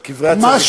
על קברי הצדיקים.